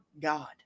God